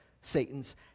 Satan's